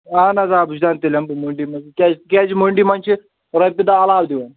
اہَن حظ آ بہٕ چھُس دَپان تیٚلہِ اَنہٕ بہٕ مٔنڈی منٛزٕے کیٛازِ کیٛازِ مٔنڈی منٛز چھِ رۄپیہِ دَہ علاوٕ دِوان